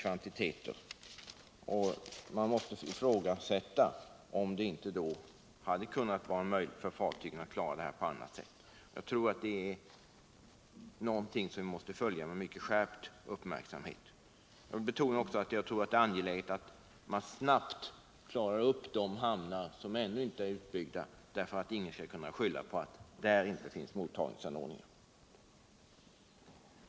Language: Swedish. Man frågar sig om det i de här fallen inte hade varit möjligt för fartygen att klara rengöringen av tankarna på annat sätt. Jag tror att denna fråga måste följas med mycket skärpt uppmärksamhet, och jag vill betona att det är angeläget att man snabbt vidtar åtgärder vid de hamnar som ännu inte är utbyggda, så att ingen skall kunna skylla på att det vid dessa inte finns mottagningsanordningar.